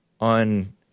on